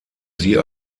sie